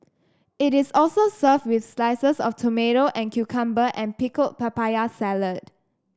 it is also served with slices of tomato and cucumber and pickled papaya salad